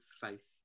faith